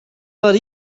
vingt